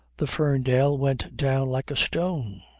the ferndale went down like a stone